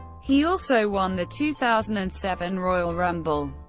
he also won the two thousand and seven royal rumble.